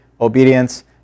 obedience